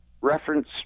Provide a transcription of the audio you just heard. reference